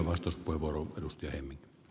arvoisa puhemies